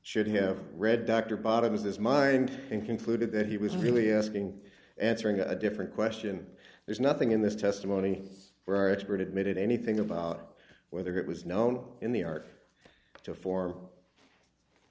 should have read dr bottoms his mind and concluded that he was really asking answering a different question there's nothing in this testimony for our expert admitted anything about whether it was known in the art to form